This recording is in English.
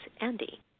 Andy